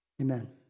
Amen